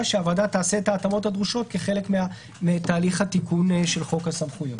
שהוועדה תעשה את ההתאמות הדרושות כחלק מתהליך התיקון של חוק הסמכויות.